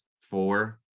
four